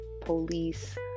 police